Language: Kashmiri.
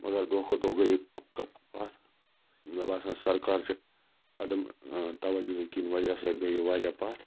مَگَر دۄہ کھۄتہٕ دۄہ گٔے اتھ مےٚ باسان سَرکار چھِ عدم تَوَجوٗکِن وۄنۍ ہَسا گٔے یہِ واریاہ پتھ